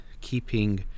keeping